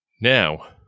Now